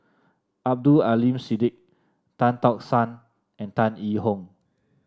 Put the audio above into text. Abdul Aleem Siddique Tan Tock San and Tan Yee Hong